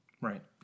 Right